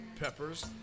Peppers